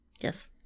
Yes